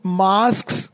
masks